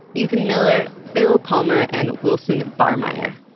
ethan miller, bill palmer and wilson barmeyer